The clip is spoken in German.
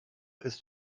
ist